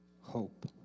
hope